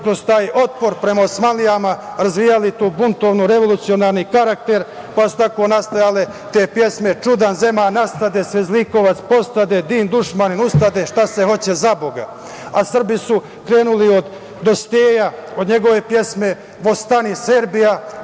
kroz taj otpor prema Osmanlijama razvijali tu buntovni revolucionarni karakter, pa su tako nastajale te pesme - Čudan zeman nastade, zlikovac postade, din dušmanin ustade, šta se hoće zaboga? A Srbi su krenuli od Dositeja, od njegove pesme "Vostani Serbija",